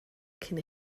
cyn